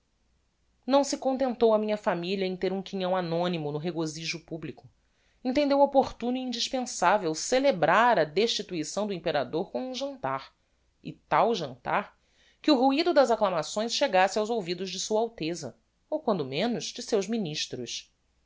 não se contentou a minha familia em ter um quinhão anonymo no regozijo publico entendeu opportuno e indispensavel celebrar a destituição do imperador com um jantar e tal jantar que o ruido das acclamações chegasse aos ouvidos de sua alteza ou quando menos de seus ministros